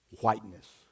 whiteness